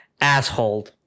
asshole